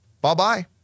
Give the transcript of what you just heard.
Bye-bye